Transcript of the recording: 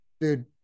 dude